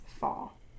fall